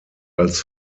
als